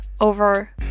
over